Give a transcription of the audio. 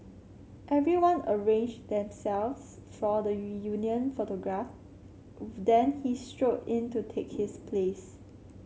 everyone arranged themselves for the reunion photograph then he strode in to take his place